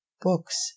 books